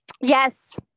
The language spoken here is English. Yes